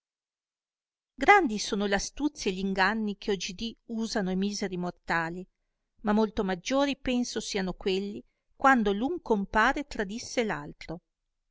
grandi sono l'astuzie e gli inganni che oggidì usano e miseri mortali ma molto maggiori penso siano quelli quando l'un compare tradisse